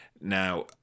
now